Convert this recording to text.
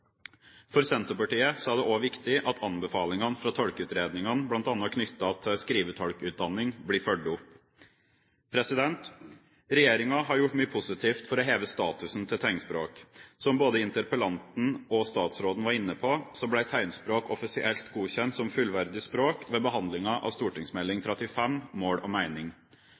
for å videreutvikle tilbudene. For Senterpartiet er det også viktig at anbefalingene fra Tolkeutredningen, bl.a. knyttet til skrivetolkutdanning, blir fulgt opp. Regjeringen har gjort mye positivt for å heve statusen til tegnspråk. Som både interpellanten og statsråden var inne på, ble tegnspråk offisielt godkjent som fullverdig språk ved behandlingen av St.meld. nr. 35 for 2007–2008 Mål og meining.